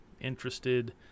interested